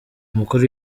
umukuru